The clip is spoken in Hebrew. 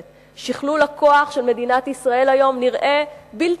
שכלול הכוח של מדינת ישראל נראה היום בלתי מעורער.